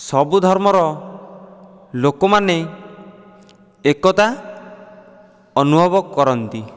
ସବୁ ଧର୍ମର ଲୋକମାନେ ଏକତା ଅନୁଭବ କରନ୍ତି